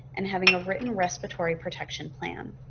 and having a written respiratory protection plan.